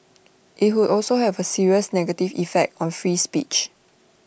IT would also have A serious negative effect on free speech